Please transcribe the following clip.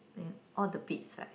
all the beads right